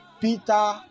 Peter